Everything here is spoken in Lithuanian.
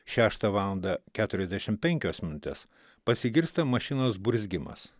šeštą valandą keturiasdešim penkios minutės pasigirsta mašinos burzgimas